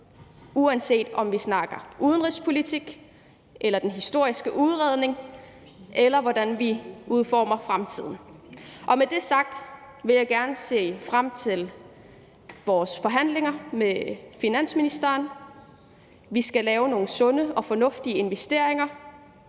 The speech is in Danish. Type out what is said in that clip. uanset om vi snakker udenrigspolitik, den historiske udredning, eller hvordan vi udformer fremtiden. Med det sagt vil jeg gerne sige, at jeg ser frem til vores forhandlinger med finansministeren. Vi skal lave nogle sunde og fornuftige investeringer